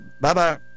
Bye-bye